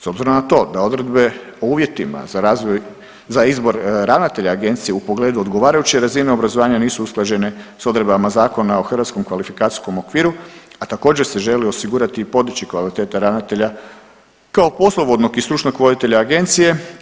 S obzirom na to da odredbe o uvjetima za izbor ravnatelja Agencije u pogledu odgovarajuće razine obrazovanja nisu usklađene sa odredbama Zakona o hrvatskom kvalifikacijskom okviru, a također se želi osigurati i podići kvaliteta ravnatelja kao poslovodnog i stručnog voditelja Agencije.